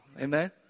Amen